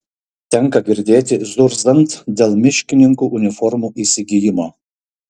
tenka girdėti zurzant dėl miškininkų uniformų įsigijimo